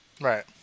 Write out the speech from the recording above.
Right